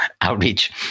outreach